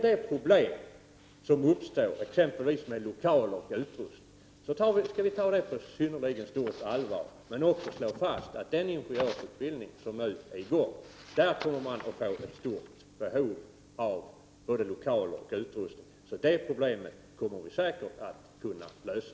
De problem som uppstår med exempelvis lokaler och utrustning skall vi ta på synnerligen stort allvar. Vid den ingenjörsutbildning som nu är i gång kommer det att finnas ett stort behov av både lokaler och utrustning, och de problemen kommer vi säkert att kunna lösa.